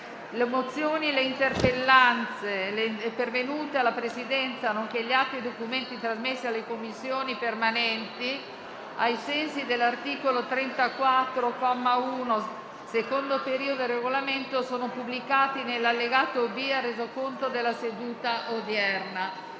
le interrogazioni pervenute alla Presidenza, nonché gli atti e i documenti trasmessi alle Commissioni permanenti ai sensi dell'articolo 34, comma 1, secondo periodo, del Regolamento sono pubblicati nell'allegato B al Resoconto della seduta odierna.